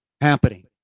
happening